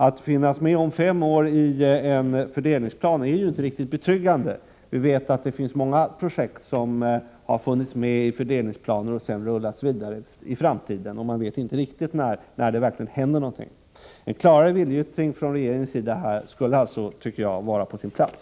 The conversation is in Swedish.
Att bron finns med inom fem år i en fördelningsplan är inte riktigt betryggande. Vi vet att det finns många projekt som funnits med i fördelningsplaner och sedan rullats vidare in i framtiden, så att man inte vet riktigt när det verkligen händer någonting. En klarare viljeyttring från regeringens sida skulle alltså vara på sin plats.